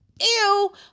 Ew